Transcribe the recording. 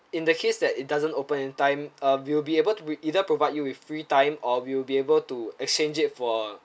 in the case that it doesn't open in time uh we'll be able to either provide you with free time or we'll be able to exchange it for